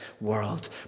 world